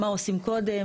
מה עושים קודם,